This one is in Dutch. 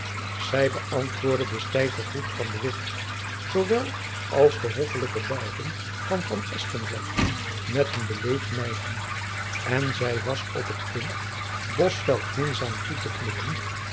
zy beäntwoordde de stijve groet van de witt zoowel als de hoffelijke buiging van van espenblad met een beleefd nijgen en zy was op het punt bosveldt minzaam toe te knikken